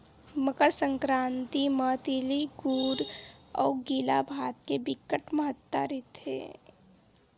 मकर संकरांति म तिली गुर अउ गिला भात के बिकट महत्ता रहिथे